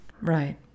Right